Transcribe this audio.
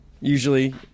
usually